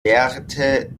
werte